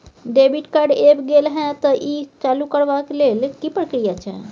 Debit card ऐब गेल हैं त ई चालू करबा के लेल की प्रक्रिया छै?